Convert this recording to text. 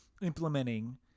implementing